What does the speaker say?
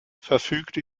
verfügte